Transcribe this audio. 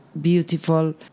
beautiful